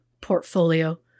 portfolio